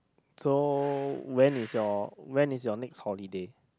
so when is your when is your next holiday